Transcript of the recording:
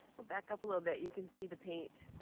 we'll back up a little bit, you can see the paint.